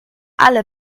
alle